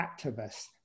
activist